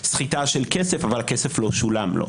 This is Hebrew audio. סחיטה של כסף אבל הכסף לא שולם לו,